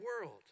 world